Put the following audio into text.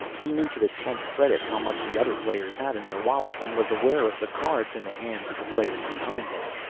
he knew to the tenth-credit how much the other players had in their wallets and was aware of the cards in the hands of the players behind him.